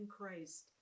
Christ